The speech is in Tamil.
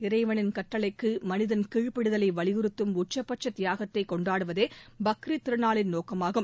இறைவனின் கட்டளைக்கு மனிதன் கீழ்ப்படிதலை வலியுறுத்துவதும் உச்சுபட்ச தியாகத்தை கொண்டாடுவதமே பக்ரீத் திருநாளின் நோக்கமாகும்